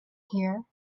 here